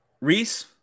Reese